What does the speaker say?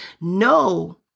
No